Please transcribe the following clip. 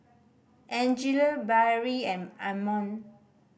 Angele Barrie and Ammon